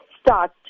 start